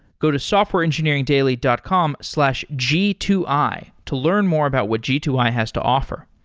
go to softwareengineeringdaily dot com slash g two i to learn more about what g two i has to offer.